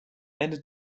ende